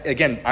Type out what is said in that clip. Again